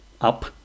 up